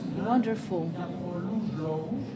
wonderful